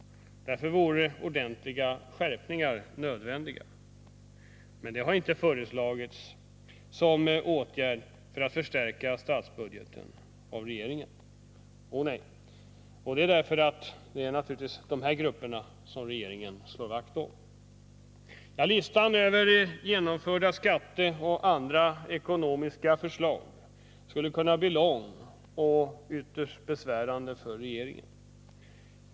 Därför vore ordentliga skärpningar nödvändiga. Men det har inte föreslagits av regeringen som en åtgärd för att förstärka statsbudgeten. Anledningen är naturligtvis att det är dessa grupper som regeringen slår vakt om. Ja, listan över genomförda skatteoch andra ekonomiska förslag skulle kunna bli lång och ytterst besvärande för regeringen.